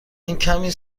گوجه